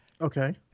Okay